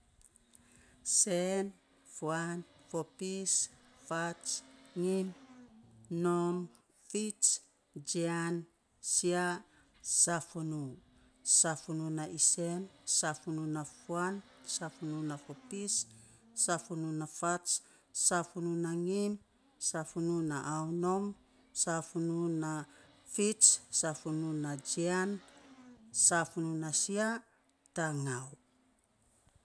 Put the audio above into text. Sen, fuan, fopis, fats, ngim, nom, fits, jian, sia, safunu, safunu na isen, safunu na fuan, safunu na fopis, safunu na fats, safunu na ngim, safunu na aunom, safunu na fits, safunu na jian, safunu na sia tangau